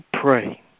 pray